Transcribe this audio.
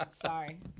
Sorry